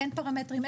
אין פרמטרים,